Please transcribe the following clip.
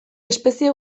espezie